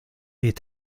est